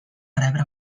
rebre